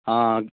ਹਾਂ